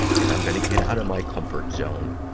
and i'm gonna get out of my comfort zone,